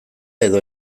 edo